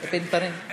אפינפרין.